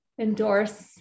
endorse